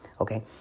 Okay